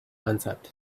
answered